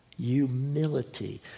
humility